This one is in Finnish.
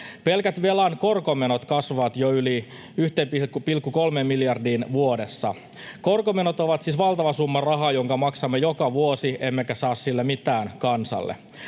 Pelkät velan korkomenot kasvavat jo yli 1,3 miljardiin vuodessa. Korkomenot ovat siis valtava summa rahaa, jonka maksamme joka vuosi, emmekä saa sillä mitään kansalle.